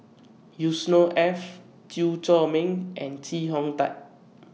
Yusnor Ef Chew Chor Meng and Chee Hong Tat